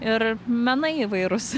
ir menai įvairūs